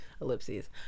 ellipses